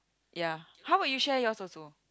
ya how about you share your also